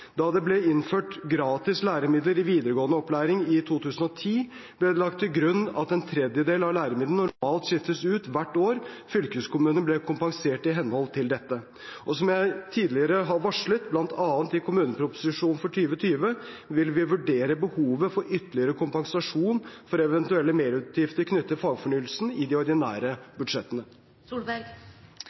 Da det ble innført gratis læremidler i videregående opplæring i 2010, ble det lagt til grunn at en tredjedel av læremidlene normalt skiftes ut hvert år. Fylkeskommunene ble kompensert i henhold til dette. Som jeg tidligere har varslet, bl.a. i kommuneproposisjonen for 2020, vil vi vurdere behovet for ytterligere kompensasjon for eventuelle merutgifter knyttet til fagfornyelsen i de ordinære budsjettene.